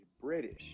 british